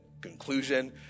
conclusion